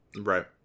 Right